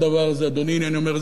אני אומר את זה לכולי עלמא,